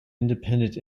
independent